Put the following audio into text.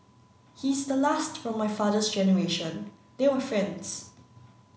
he's the last from my father's generation they were friends